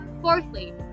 fourthly